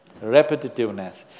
repetitiveness